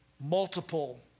multiple